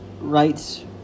rights